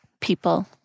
people